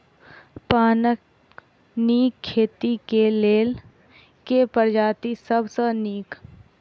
पानक नीक खेती केँ लेल केँ प्रजाति सब सऽ नीक?